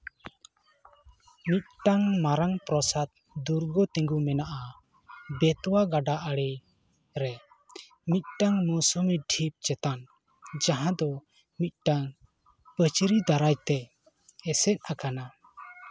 ᱢᱤᱫᱴᱟᱝ ᱢᱟᱴᱟᱝ ᱯᱨᱚᱥᱟᱫᱽ ᱫᱩᱨᱜᱚ ᱛᱤᱸᱜᱩ ᱢᱮᱱᱟᱜᱼᱟ ᱵᱮᱛᱳᱣᱟ ᱜᱟᱰᱟ ᱟᱲᱮ ᱨᱮ ᱢᱤᱫᱴᱟᱱ ᱢᱳᱥᱩᱢᱤ ᱰᱷᱤᱯ ᱪᱮᱛᱟᱱ ᱡᱟᱦᱟᱸ ᱫᱚ ᱢᱤᱫᱴᱟᱱ ᱯᱟᱹᱪᱨᱤ ᱫᱟᱨᱟᱭ ᱛᱮ ᱮᱥᱮᱫ ᱟᱠᱟᱱᱟ